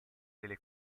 delle